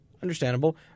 Understandable